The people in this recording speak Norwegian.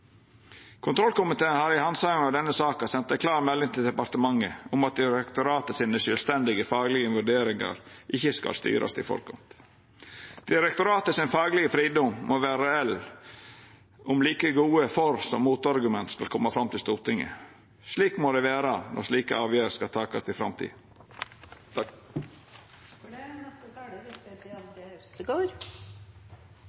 Kontrollkomiteen har i handsaminga av denne saka sendt ei klar melding til departementet om at direktoratet sine sjølvstendige faglege vurderingar ikkje skal styrast i forkant. Direktoratet sin faglege fridom må vera reell om like gode argument for og argument mot skal koma fram til Stortinget. Slik må det vera når slike avgjerder skal takast i